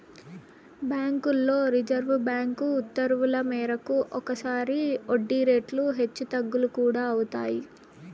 బ్యాంకుల్లో reserve bank ఉత్తర్వుల మేరకు ఒక్కోసారి వడ్డీ రేట్లు హెచ్చు తగ్గులు కూడా అవుతాయి